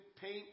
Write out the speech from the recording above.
paint